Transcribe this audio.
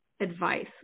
advice